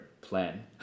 plan